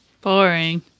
Boring